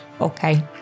Okay